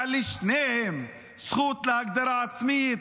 לשניהם מגיעה זכות להגדרה עצמית.